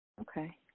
Okay